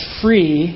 free